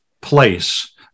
place